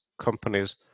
companies